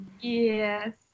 yes